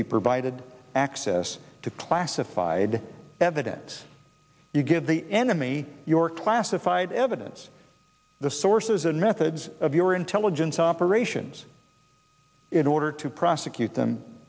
be provided access to classified evidence you give the enemy your classified evidence the sources and methods of your intelligence operations in order to prosecute them